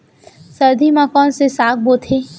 सर्दी मा कोन से साग बोथे?